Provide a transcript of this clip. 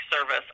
service